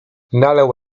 nalał